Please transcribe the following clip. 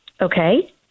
Okay